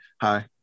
hi